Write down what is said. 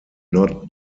not